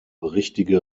richtige